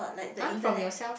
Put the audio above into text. !huh! from yourself